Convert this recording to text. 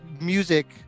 music